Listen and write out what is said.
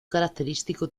característico